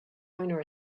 owner